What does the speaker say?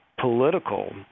political